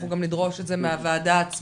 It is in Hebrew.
אנחנו גם נדרוש את זה מהוועדה עצמה,